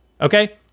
Okay